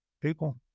People